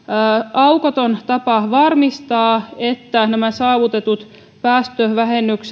aukoton tapa varmistaa että kansallisilla lisätoimilla päästökauppasektorilla saavutetut päästövähennykset